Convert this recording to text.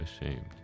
Ashamed